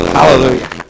Hallelujah